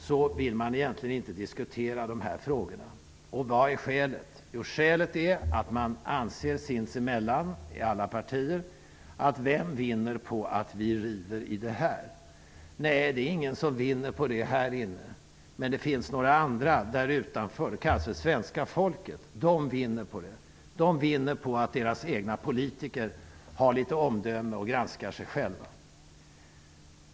Det gäller från vänster till höger -- när det finns folk i den. Vad är skälet? Skälet är att man i alla partier undrar vem som vinner på att man river i det hela. Det är ingen här inne som vinner på det. Men det finns andra som gör det -- de kallas för svenska folket. Svenska folket vinner på att dess egna politiker visar omdöme och granskar sig själva.